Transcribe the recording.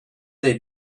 they